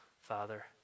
Father